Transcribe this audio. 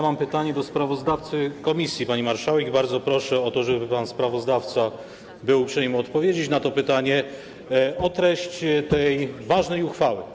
Mam pytanie do sprawozdawcy komisji, pani marszałek, i bardzo proszę o to, żeby pan sprawozdawca był uprzejmy odpowiedzieć na to pytanie, o treść tej ważnej uchwały.